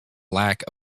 lack